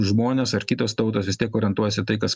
žmonės ar kitos tautos vis tiek orientuojasi į tai kas